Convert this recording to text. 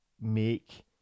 make